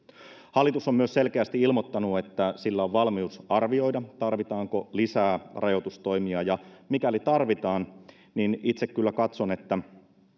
hallitus on myös selkeästi ilmoittanut että sillä on valmius arvioida tarvitaanko lisää rajoitustoimia ja mikäli tarvitaan niin itse kyllä katson että